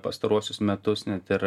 pastaruosius metus net ir